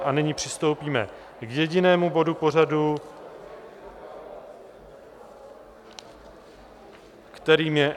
A nyní přistoupíme k jedinému bodu pořadu, kterým je